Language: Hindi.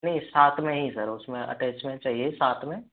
नहीं साथ में ही है सर उसमें अटैच में चाहिये साथ में